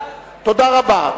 תודה רבה.